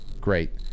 Great